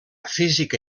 física